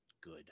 good